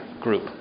group